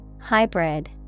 Hybrid